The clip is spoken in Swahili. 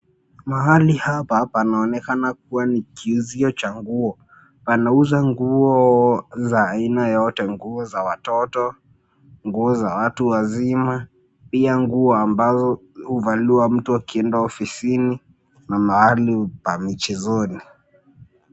Mahali hapa panaonekana kuwa mi kiuzio cha nguo. Anauza nguo za aina yeyote nguo za watoto, nguo za watu wazima pia nguo ambazo huvaliwa mtu akienda ofisini na mahali pa mchezoni.